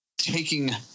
Taking